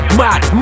mad